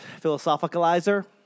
Philosophicalizer